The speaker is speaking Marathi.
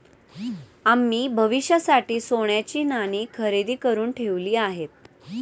आम्ही भविष्यासाठी सोन्याची नाणी खरेदी करुन ठेवली आहेत